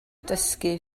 dysgu